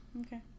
Okay